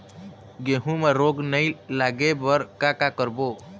गेहूं म रोग नई लागे बर का का करबो?